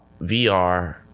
VR